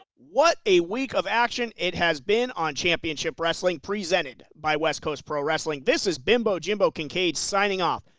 what a week of action it has been on championship wrestling presented by west coast pro wrestling. this is bimbo jimbo kincaid signing off,